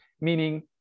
meaning